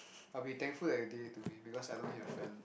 I'll be thankful that you did it to me because I don't need a friend